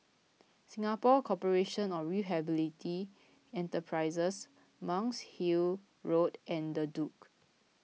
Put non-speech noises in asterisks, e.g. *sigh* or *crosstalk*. Singapore Corporation of *unintelligible* Enterprises Monk's Hill Road and the Duke